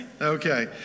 okay